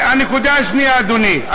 הנקודה השנייה: אדוני,